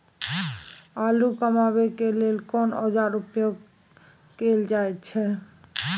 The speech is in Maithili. आलू कमाबै के लेल कोन औाजार उपयोग कैल जाय छै?